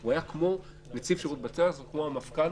הוא היה כמו נציב שירות בתי הסוהר או כמו המפכ"ל,